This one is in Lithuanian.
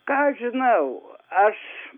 ką žinau aš